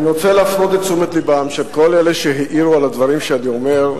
אני רוצה להפנות את תשומת לבם של כל אלה שהעירו על הדברים שאני אומר,